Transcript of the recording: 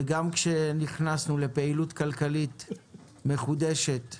וגם כשנכנסנו לפעילות כלכלית מחודשת,